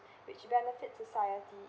which benefit society